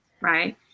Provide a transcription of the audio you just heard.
Right